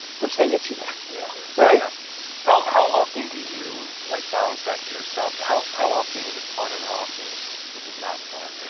which then gets you there, yeah right? yeah. how how often do you like balance that for yourself? how how often is it fun and how often is it not fun?